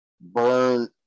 burn